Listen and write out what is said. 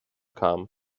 kamen